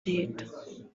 leta